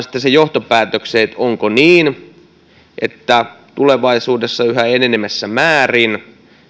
sitten vain sen johtopäätöksen että onko niin että tulevaisuudessa yhä enenevässä määrin